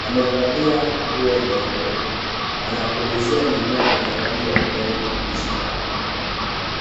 amevalia nguo nyeupe, anapulizia mimea yenye rangi ya kijani kibichi dawa.